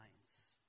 times